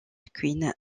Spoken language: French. quinn